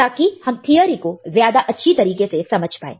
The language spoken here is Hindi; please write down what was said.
ताकि हम थिअरी को ज्यादा अच्छी तरीके से समझ पाए